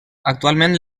actualment